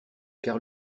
car